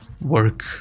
Work